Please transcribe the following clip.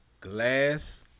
Glass